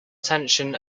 attention